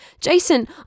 Jason